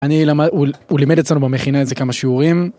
הוא לימד אצלנו במכינה איזה כמה שיעורים.